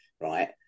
right